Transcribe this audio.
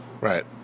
Right